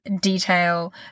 detail